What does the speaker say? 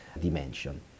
dimension